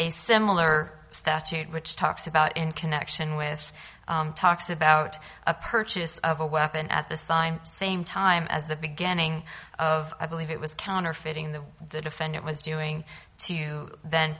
a similar statute which talks about in connection with talks about a purchase of a weapon at the sign same time as the beginning of i believe it was counterfeiting the the defendant was doing to then